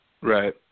Right